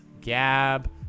gab